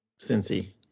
Cincy